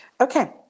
Okay